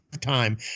time